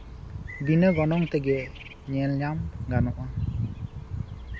ᱵᱤᱱᱟᱹ ᱜᱚᱱᱚᱝ ᱛᱮᱜᱮ ᱧᱮᱞ ᱧᱟᱢ ᱜᱟᱱᱚᱜᱼᱟ